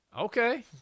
Okay